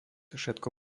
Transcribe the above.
všetko